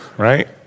right